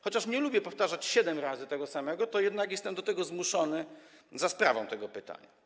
Chociaż nie lubię powtarzać siedem razy tego samego, to jednak jestem do tego zmuszony za sprawą tego pytania.